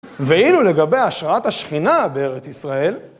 ואילו לגבי השראת השכינה בארץ ישראל